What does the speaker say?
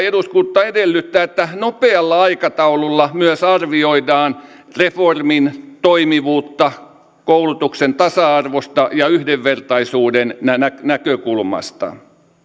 eduskunta edellyttää että nopealla aikataululla myös arvioidaan reformin toimivuutta koulutuksen tasa arvon ja yhdenvertaisuuden näkökulmasta